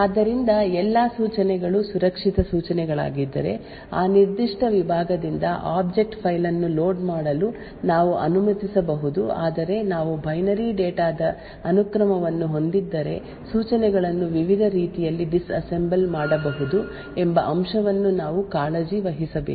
ಆದ್ದರಿಂದ ಎಲ್ಲಾ ಸೂಚನೆಗಳು ಸುರಕ್ಷಿತ ಸೂಚನೆಗಳಾಗಿದ್ದರೆ ಆ ನಿರ್ದಿಷ್ಟ ವಿಭಾಗದಿಂದ ಆಬ್ಜೆಕ್ಟ್ ಫೈಲ್ ಅನ್ನು ಲೋಡ್ ಮಾಡಲು ನಾವು ಅನುಮತಿಸಬಹುದು ಆದರೆ ನಾವು ಬೈನರಿ ಡೇಟಾ ದ ಅನುಕ್ರಮವನ್ನು ಹೊಂದಿದ್ದರೆ ಸೂಚನೆಗಳನ್ನು ವಿವಿಧ ರೀತಿಯಲ್ಲಿ ಡಿಸ್ಅಸೆಂಬಲ್ ಮಾಡಬಹುದು ಎಂಬ ಅಂಶವನ್ನು ನಾವು ಕಾಳಜಿ ವಹಿಸಬೇಕು